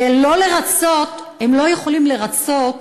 הם לא יכולים לרצות